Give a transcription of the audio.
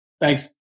Thanks